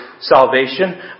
salvation